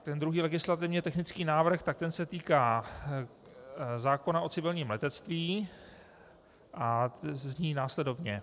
Ten druhý legislativně technický návrh se týká zákona o civilním letectví a zní následovně.